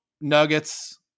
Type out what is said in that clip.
Nuggets